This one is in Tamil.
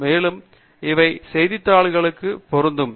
மேலும் இவை செய்தித்தாள்களுக்கு பொருந்தும்